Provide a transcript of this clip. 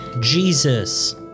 Jesus